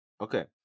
Okay